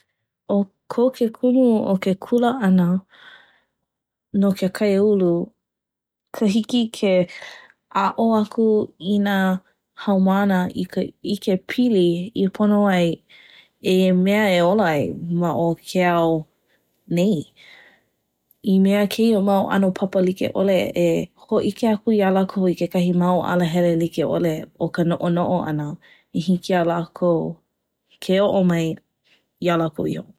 ʻO ko ke kumu o ke kula ʻana, no ke kaiāulu ka hiki ke aʻo aku i nā haumāna i ka ʻikepili i pono ai e mea, e ola ai ma o ke ao..nei I mea kēia mau ʻano papa likeʻole e hōʻike aku iā lākou i kekahi mau alahele likeʻole o ka noʻonoʻo ʻana I hiki iā lākou ʻoʻo mai iā lākou iho.